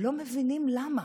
לא מבין למה.